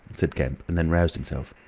said kemp, and then roused himself.